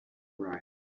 brightly